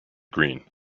green